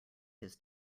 his